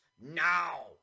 now